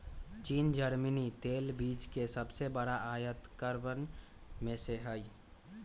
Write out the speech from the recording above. चीन जर्मनी तेल बीज के सबसे बड़ा आयतकरवन में से हई